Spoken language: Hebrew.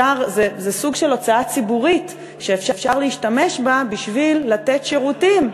זה סוג של הוצאה ציבורית שאפשר להשתמש בה בשביל לתת שירותים.